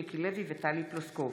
מיקי לוי וטלי פלוסקוב.